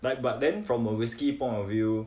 like but then from a whiskey point of view